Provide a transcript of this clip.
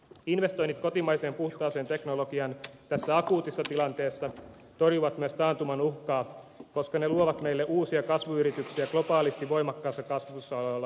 investoinnit kotimaiseen puhtaaseen teknologiaan tässä akuutissa tilanteessa torjuvat myös taantuman uhkaa koska ne luovat meille uusia kasvuyrityksiä globaalisti voimakkaassa kasvussa olevalla alalla